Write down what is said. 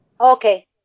Okay